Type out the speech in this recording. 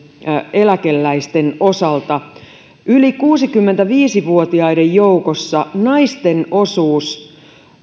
eläkeläisten osalta yli kuusikymmentäviisi vuotiaiden joukossa naisten osuus